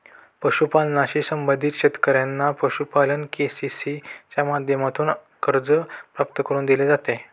पशुपालनाशी संबंधित शेतकऱ्यांना पशुपालन के.सी.सी च्या माध्यमातून कर्ज प्राप्त करून दिले जाते